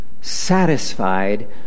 Satisfied